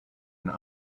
and